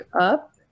up